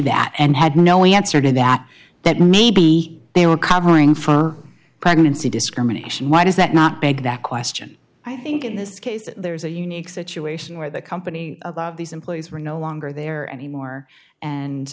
that and had no answer to that that maybe they were covering for pregnancy discrimination why does that not beg the question i think in this case there is a unique situation where the company these employees were no longer there anymore and